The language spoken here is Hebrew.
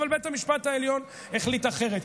אבל בית המשפט העליון החליט אחרת.